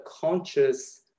conscious